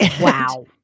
Wow